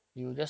mmhmm